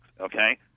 okay